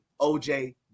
OJ